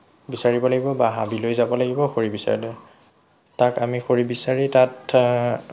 বিচাৰিব লাগিব বা হাবিলৈ যাব লাগিব খৰি বিচাৰিবলৈ তাত আমি খৰি বিচাৰি তাত